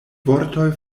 vortoj